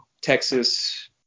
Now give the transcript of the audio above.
Texas